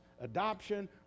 adoption